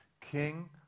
King